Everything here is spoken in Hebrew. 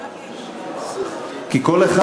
כל אחד